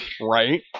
right